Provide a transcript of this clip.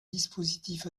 dispositif